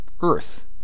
earth